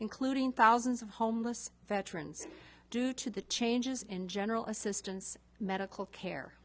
including thousands of homeless veterans due to the changes in general assistance medical care